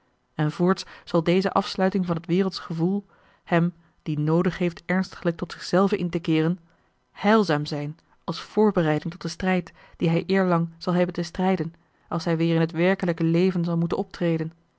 en voorts zal deze afsluiting van het wereldsch gewoel hem die noodig heeft ernstiglijk tot zich zelven in te keeren heilzaam zijn als voorbereiding tot den strijd dien hij eerlang zal hebben te strijden als hij weêr in het werkelijke leven zal moeten optreden